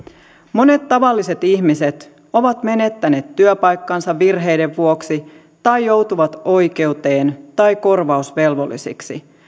monet tavalliset ihmiset ovat menettäneet työpaikkansa virheiden vuoksi tai joutuvat oikeuteen tai korvausvelvollisiksi